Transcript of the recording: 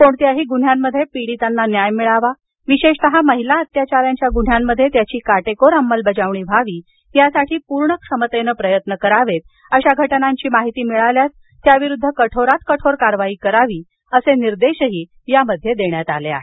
कोणत्याही गुन्ह्यांमध्ये पीडितांना न्याय मिळावा विशेषतः महिला अत्याचारांच्या गुन्ह्यांमध्ये त्याची काटेकोर अंमलबजावणी व्हावी यासाठी पूर्ण क्षमतेनं प्रयत्न करावेत अशा घटनांची माहिती मिळाल्यास त्याविरुद्ध कठोरात कठोर कारवाई करावी असे निर्देशही यामध्ये देण्यात आले आहेत